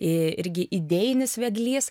irgi idėjinis vedlys